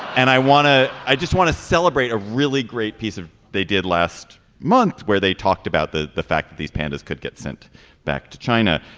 and i want to i just want to celebrate a really great piece of they did last month where they talked about the the fact that these pandas could get sent back to china.